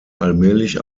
allmählich